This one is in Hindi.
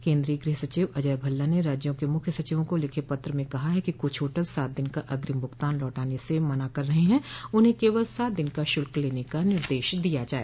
केन्द्रीय गृहसचिव अजय भल्ला ने राज्यों के मुख्य सचिवों को लिखे पत्र में कहा है कि कुछ होटल सात दिन का अग्रिम भुगतान लौटाने से मना कर रहे हैं उन्हें केवल सात दिन का शुल्क लेने का निर्देश दिया जाए